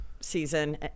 season